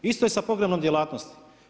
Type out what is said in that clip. Isto je i sa pogrebnom djelatnosti.